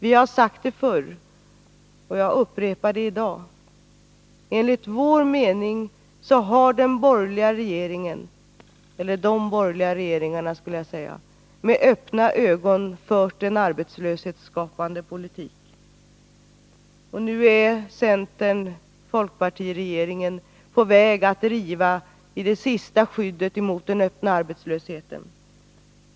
Vi har sagt det förr och jag upprepar det i dag: Enligt vår mening har de borgerliga regeringarna med öppna ögon fört en arbetslöshetsskapande politik. Och nu är centerfolkpartiregeringen på väg att riva i det sista skyddet mot den öppna arbetslösheten.